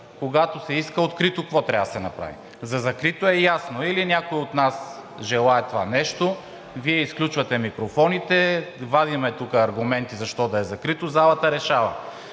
когато се иска открито какво трябва да се направи. За закрито е ясно – или някой от нас желае това нещо, Вие изключвате микрофоните, вадим тук аргументи защо да е закрито, залата решава.